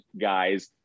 guys